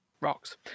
Rocks